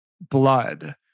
blood